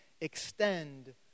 extend